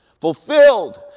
fulfilled